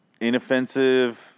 inoffensive